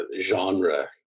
genre